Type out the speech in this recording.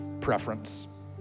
Preference